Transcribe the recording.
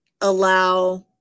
allow